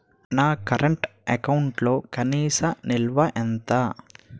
నా కరెంట్ అకౌంట్లో కనీస నిల్వ ఎంత?